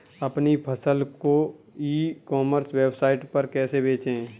अपनी फसल को ई कॉमर्स वेबसाइट पर कैसे बेचें?